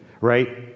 right